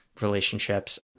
relationships